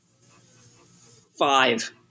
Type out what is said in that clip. Five